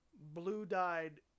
blue-dyed